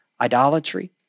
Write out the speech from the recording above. idolatry